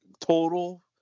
Total